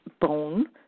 bone